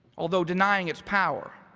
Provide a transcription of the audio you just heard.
although denying its power.